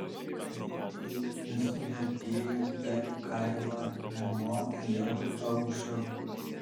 kai ignas dardėjo per kaimą namo jau aušo